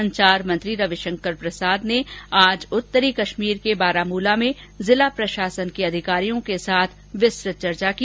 संचार मंत्री रविशंकर प्रसाद ने आज उत्तरी कश्मीर के बारामूला में जिला प्रशासन के अधिकारियों के साथ विस्तुत चर्चा की